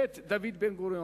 בית דוד בן-גוריון,